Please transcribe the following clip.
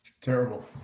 Terrible